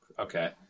Okay